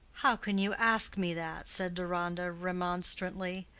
how can you ask me that? said deronda, remonstrantly.